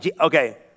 Okay